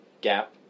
gap